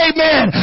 Amen